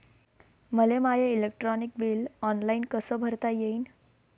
मले my electric bill online कस भरता येईन?